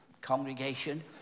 congregation